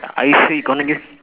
are you sure you gonna use